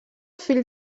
fill